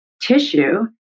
tissue